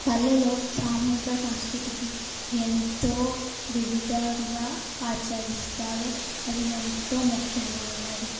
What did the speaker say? పల్లెలో సామూహిక సంస్కృతికి ఎంతో వివిధంగా ఆచరిస్తారు అది ఎంతో ముఖ్యమైనది